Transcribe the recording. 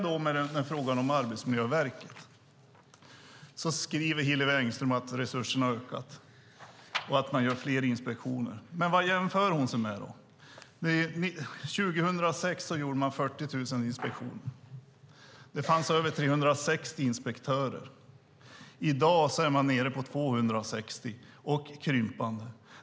Låt oss börja med frågan om Arbetsmiljöverket. Hillevi Engström skriver att resurserna har ökat och att man gör fler inspektioner. Men vad jämför hon då med? År 2006 gjorde man 40 000 inspektioner. Det fanns över 360 inspektörer. I dag är man nere på 260 och krympande.